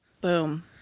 Boom